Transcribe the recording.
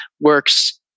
works